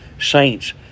saints